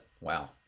Wow